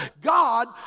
God